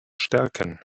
stärken